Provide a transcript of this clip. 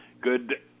Good